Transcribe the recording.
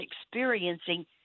experiencing